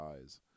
eyes